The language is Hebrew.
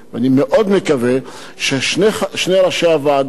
אני מאוד מקווה ששני ראשי הוועדות,